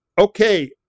Okay